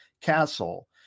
Castle